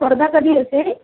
स्पर्धा कधी असेल